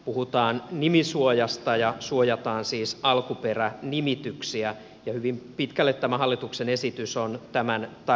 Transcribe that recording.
puhutaan nimisuojasta ja suojataan siis alkuperänimityksiä ja hyvin pitkälle tämä hallituksen esitys on tämän täytäntöönpanoa